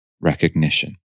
recognition